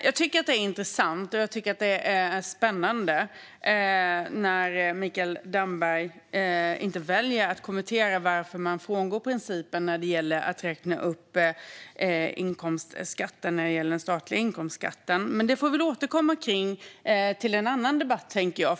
Jag tycker att det är intressant och spännande att Mikael Damberg väljer att inte kommentera varför man frångår principen att räkna upp den statliga inkomstskatten, men det får vi återkomma till i en annan debatt.